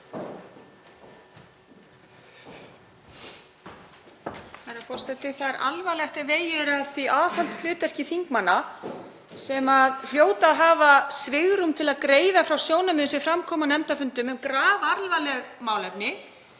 Það er alvarlegt ef vegið er að aðhaldshlutverki þingmanna sem hljóta að hafa svigrúm til að greina frá sjónarmiðum sem fram koma á nefndarfundum um grafalvarleg málefni